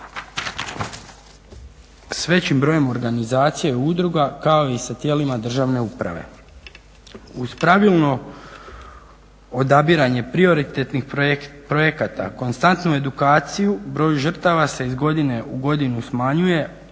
s većim brojem organizacija i udruga kao i sa tijelima državne uprave. Uz pravilno odabiranje prioritetnih projekata konstantnu edukaciju, broju žrtava se iz godine u godinu smanjuje